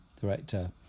director